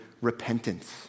repentance